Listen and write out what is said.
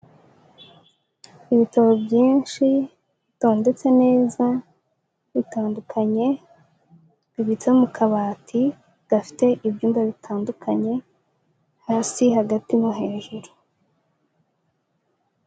Ibitabo byinshi, bitondetse neza, bitandukanye, bibitse mu kabati, gafite ibyumba bitandukanye. Hasi hagati no hejuru.